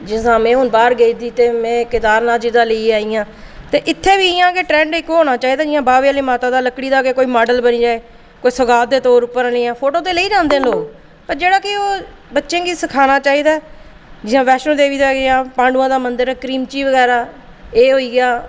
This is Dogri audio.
जिस टाईम में बाहर गेदी ही ते में केदारनाथ जी दा लेई आई आं ते इत्थै बी इक्क ट्रेंड इक्क इं'या होना चाहिदा जि'यां बाहर बाह्वे आह्ली माता दा गै कोई लकड़ी दा मॉडल बनी जा कोई सौगात दे तौर पर फोटो ते लेई जंदे न लोक ते जेह्ड़ा की बच्चें गी ओह् सखाना चाहिदा ऐ जियां वैष्णो देवी दा होइया पांडवें दा मंदर होइया क्रिमची बगैरा एह् होइया